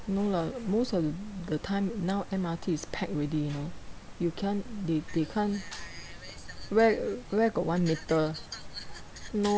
no lah most of th~ the time now M_R_T is packed already you know you can't they they can't where where got one meter no